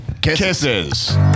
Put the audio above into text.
Kisses